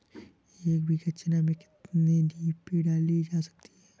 एक बीघा चना में कितनी डी.ए.पी डाली जा सकती है?